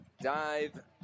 Dive